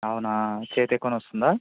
అవునా చెయ్యి అయితే ఎక్కువ నొస్తుందా